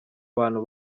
bantu